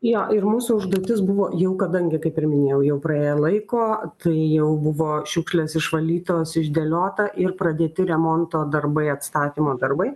jo ir mūsų užduotis buvo jau kadangi kaip ir minėjau jau praėję laiko tai jau buvo šiukšlės išvalytos išdėliota ir pradėti remonto darbai atstatymo darbai